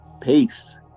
Peace